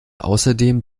außerdem